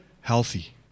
healthy